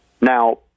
Now